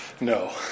No